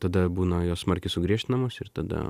tada būna jos smarkiai sugriežtinamos ir tada